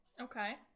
Okay